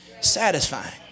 satisfying